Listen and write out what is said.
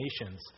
nations